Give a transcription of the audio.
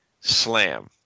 slam